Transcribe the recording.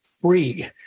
free